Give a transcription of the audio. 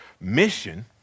mission